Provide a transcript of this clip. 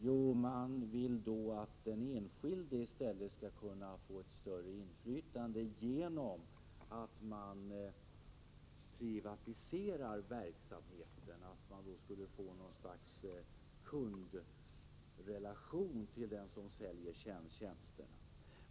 Jo, man vill att den enskilde i stället skall kunna få ett större inflytande genom att man privatiserar verksamheten och får något slags kundrelation till dem som säljer tjänster.